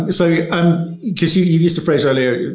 you so um used you used a phrase earlier,